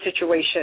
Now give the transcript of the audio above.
situation